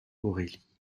aurélie